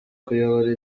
kuyobora